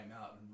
out